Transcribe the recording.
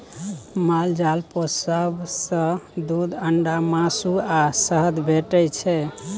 माल जाल पोसब सँ दुध, अंडा, मासु आ शहद भेटै छै